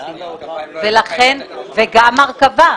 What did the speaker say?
גם הרכבה.